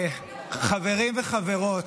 חברים וחברות,